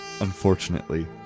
Unfortunately